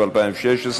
3), התשע"ו 2016,